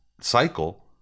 cycle